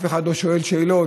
אף אחד לא שואל שאלות,